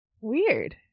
Weird